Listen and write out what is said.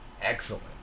excellent